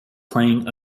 playing